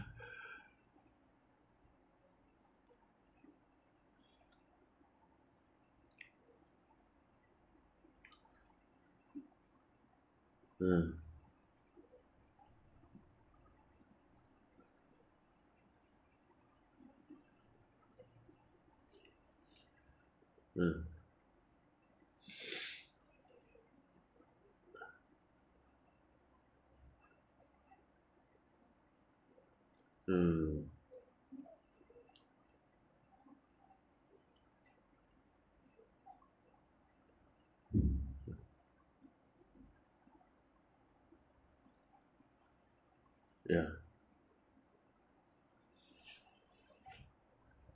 mm mm mm ya